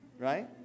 right